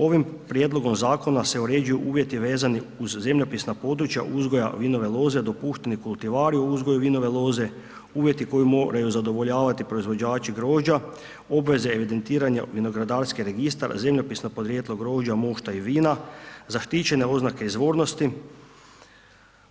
Ovim Prijedlogom Zakona se uređuju uvjeti vezani uz zemljopisna područja uzgoja vinove loze, dopušteni kultivari o uzgoju vinove loze, uvjeti koji moraju zadovoljavati proizvođači grožđa, obveze evidentiranja u vinogradarski registar, zemljopisno podrijetlo grožđa, mošta i vina, zaštićene oznake izvornosti,